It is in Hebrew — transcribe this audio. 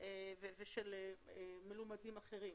ושל מלומדים אחרים.